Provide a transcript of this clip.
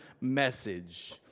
message